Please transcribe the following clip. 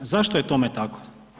Zašto je tome tako?